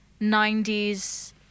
90s